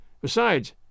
Besides